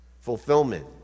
fulfillment